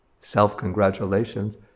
self-congratulations